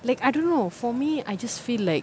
like I don't know for me I just feel like